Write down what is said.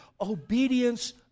Obedience